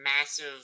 massive